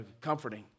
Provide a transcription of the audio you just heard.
comforting